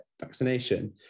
vaccination